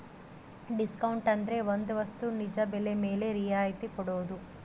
discount ಅಂದ್ರೆ ಒಂದ್ ವಸ್ತು ನಿಜ ಬೆಲೆ ಮೇಲೆ ರಿಯಾಯತಿ ಕೊಡೋದು